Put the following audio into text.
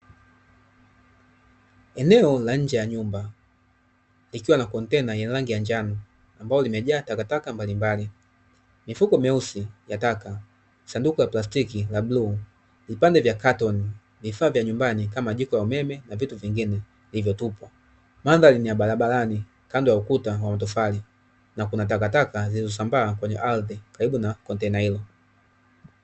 Eneo la nje ya nyumba, ikiwa na kontena ya rangi ya njano ambalo limejaa takataka mbalimbali, mifuko meusi ya taka, sanduku la plastiki la bluu, vipande vya katoni, vifaa vya nyumbani kama jiko la umeme na vitu vingine vilivyotupwa. Mandhari ni ya barabarani, kando ya ukuta wa matofali, na kuna takataka zilizosambaa kwenye ardhi, karibu na kontena hilo.